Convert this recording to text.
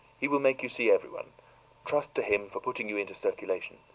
he will make you see everyone trust to him for putting you into circulation.